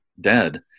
dead